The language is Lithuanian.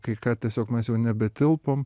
kai ką tiesiog mes jau nebetilpom